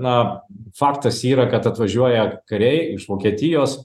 na faktas yra kad atvažiuoja kariai iš vokietijos